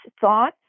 thoughts